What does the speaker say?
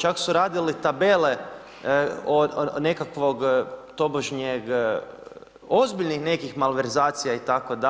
Čak su radili tabele nekakvog tobožnjeg ozbiljnih nekih malverzacija itd.